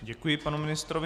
Děkuji panu ministrovi.